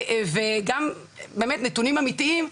ונביא גם באמת נתונים אמיתיים,